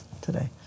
today